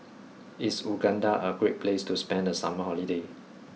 is Uganda a great place to spend the summer holiday